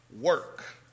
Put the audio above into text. work